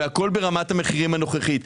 והכול ברמת המחירים הנוכחית.